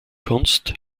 kunst